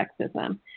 sexism